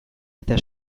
eta